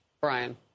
Brian